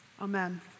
amen